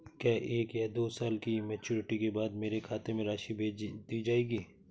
क्या एक या दो साल की मैच्योरिटी के बाद मेरे खाते में राशि भेज दी जाएगी?